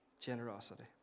generosity